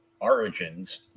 Origins